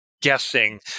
guessing